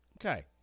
Okay